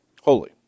Holy